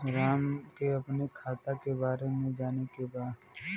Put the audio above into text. राम के अपने खाता के बारे मे जाने के बा?